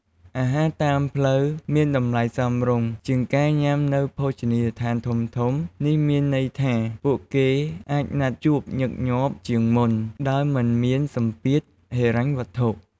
អាហារតាមផ្លូវមាន តម្លៃសមរម្យ ជាងការញ៉ាំនៅភោជនីយដ្ឋានធំៗ នេះមានន័យថា ពួកគេអាចណាត់ជួបញឹកញាប់ជាងមុន ដោយមិនមានសម្ពាធហិរញ្ញវត្ថុ។